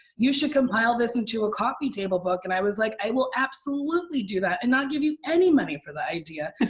you should compile this into a coffee table book. and i was like, i will absolutely do that and not give you any money for the idea.